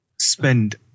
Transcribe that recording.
spend